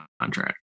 contract